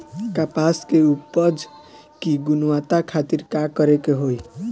कपास के उपज की गुणवत्ता खातिर का करेके होई?